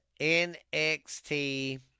NXT